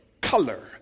color